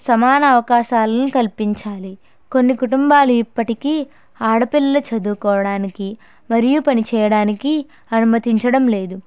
సమాన అవకాశాలని కల్పించాలి కొన్ని కుటుంబాలు ఇప్పటికీ ఆడపిల్ల చదువుకోవడానికి మరియు పని చేయడానికి అనుమతించడంలేదు